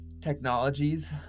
technologies